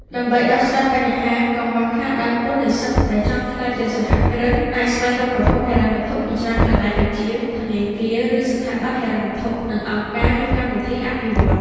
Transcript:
ដើម្បីដោះស្រាយបញ្ហាកង្វះខាតដើមទុន និស្សិតដែលចង់ក្លាយជាសហគ្រិនអាចស្វែងរកប្រភពហិរញ្ញវត្ថុពីច្រើនកន្លែងដូចជា ធនាគារ ឬស្ថាប័នហិរញ្ញវត្ថុ និងអង្គការ ឬកម្មវិធីអភិវឌ្ឍន៍។